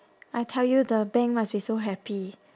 I tell you the bank must be so happy